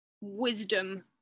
wisdom